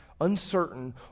uncertain